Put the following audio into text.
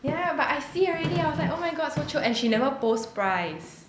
ya but I see already I was like oh my god so chio and she never post price